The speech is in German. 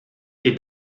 die